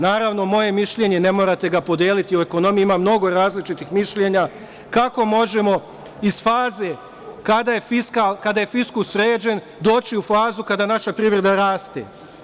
Naravno, moje je mišljenje, ne morate ga podeliti, u ekonomiji ima mnogo različitih mišljenja, kako možemo iz faze kada je fiskus sređen, doći u fazu kada naša privreda raste.